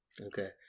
Okay